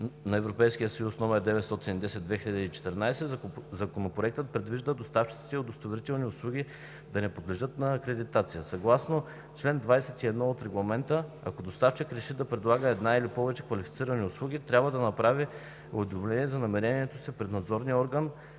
с Регламент (ЕС) № 910/2014 Законопроектът предвижда доставчиците на удостоверителни услуги да не подлежат на акредитация. Съгласно чл. 21 от Регламента, ако доставчик реши да предлага една или повече квалифицирани услуги, трябва да направи уведомление за намерението си пред надзорния орган